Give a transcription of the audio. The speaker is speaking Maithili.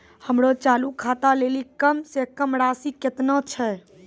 हमरो चालू खाता लेली कम से कम राशि केतना छै?